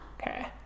Okay